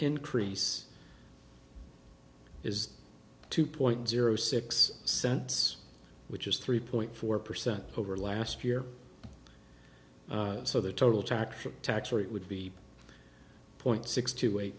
increase is two point zero six cents which is three point four percent over last year so the total tax tax rate would be point six two eight